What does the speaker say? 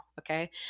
okay